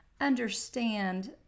understand